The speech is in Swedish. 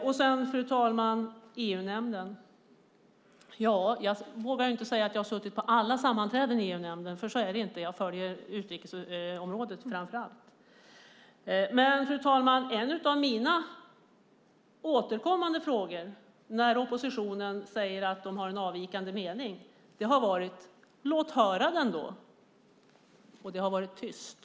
När de gäller EU-nämnden vågar jag inte säga att jag har suttit på alla sammanträden, för så är det inte. Jag följer framför allt utrikesområdet. En av mina återkommande frågor när oppositionen säger att de har en avvikande mening har varit: Låt höra den! Men det har varit tyst.